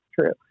true